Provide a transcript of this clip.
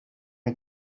ont